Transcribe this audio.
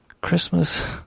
Christmas